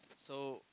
so